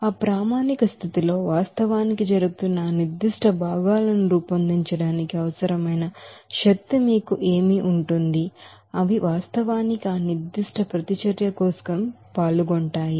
ఆ ప్రామాణిక స్థితిలో వాస్తవానికి జరుగుతున్న ఆ నిర్దిష్ట భాగాలను రూపొందించడానికి అవసరమైన శక్తి మీకు ఏమి ఉంటుంది అవి వాస్తవానికి ఆ నిర్దిష్ట ప్రతిచర్య కోసం పాల్గొంటాయి